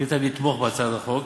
החליטה לתמוך בהצעת החוק,